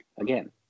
again